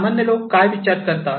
सामान्य लोक काय विचार करतात